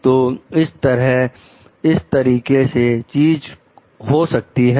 तो इस तरीके की चीजें हो सकती हैं